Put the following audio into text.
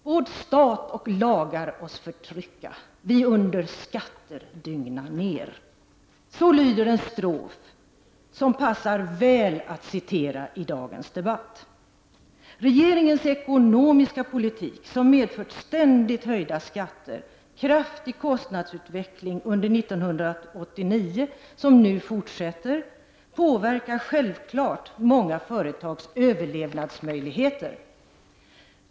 ”Båd” stat och lagar oss förtrycka, vi under skatter digna ned.” Så lyder en strof som passar väl att citera i dagens debatt. Regeringens ekonomiska politik, som medfört ständigt höjda skatter och en kraftig kostnadsutveckling under 1989 som nu fortsätter, påverkar självfallet många företags överlevnadsmöjligheter.